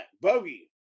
Bogey